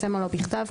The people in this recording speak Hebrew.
בסמל או בכתב,